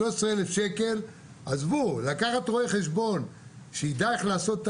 13,000. לקחת רואה חשבון שיידע איך לעשות את